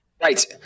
Right